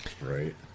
right